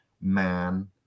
man